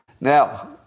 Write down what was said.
Now